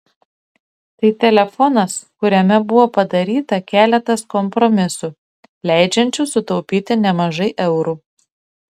tai telefonas kuriame buvo padaryta keletas kompromisų leidžiančių sutaupyti nemažai eurų